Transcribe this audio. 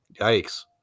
Yikes